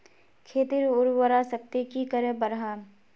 खेतीर उर्वरा शक्ति की करे बढ़ाम?